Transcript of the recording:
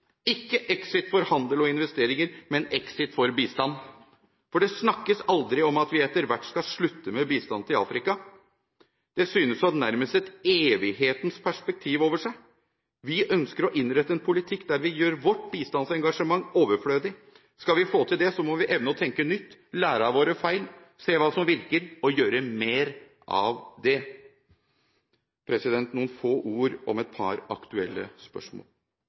ikke exit for handel og investeringer, men exit for bistand. For det snakkes aldri om at vi etter hvert skal slutte med bistand til Afrika, det synes nærmest å ha et evighetens perspektiv over seg. Vi ønsker å innrette en politikk der vi gjør vårt bistandsengasjement overflødig. Skal vi få til det, må vi evne å tenke nytt, lære av våre feil, se hva som virker – og gjøre mer av det. Noen få ord om et par aktuelle spørsmål: